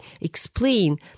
explain